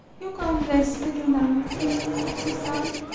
you go'n' res' liddle now, please, oku san!